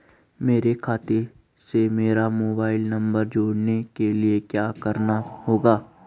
मेरे खाते से मेरा मोबाइल नम्बर जोड़ने के लिये क्या करना होगा?